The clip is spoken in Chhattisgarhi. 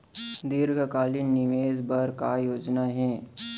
दीर्घकालिक निवेश बर का योजना हे?